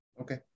okay